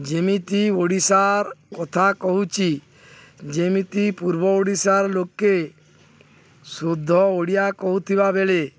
ଯେମିତି ଓଡ଼ିଶାର କଥା କହୁଛି ଯେମିତି ପୂର୍ବ ଓଡ଼ିଶାର ଲୋକେ ଶୁଦ୍ଧ ଓଡ଼ିଆ କହୁଥିବା ବେଳେ